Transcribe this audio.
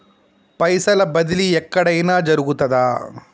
పైసల బదిలీ ఎక్కడయిన జరుగుతదా?